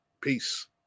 Peace